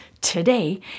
today